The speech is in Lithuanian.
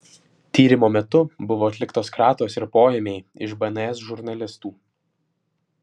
tyrimo metu buvo atliktos kratos ir poėmiai iš bns žurnalistų